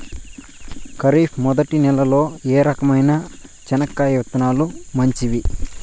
ఖరీఫ్ మొదటి నెల లో ఏ రకమైన చెనక్కాయ విత్తనాలు మంచివి